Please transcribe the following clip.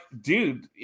dude